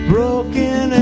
Broken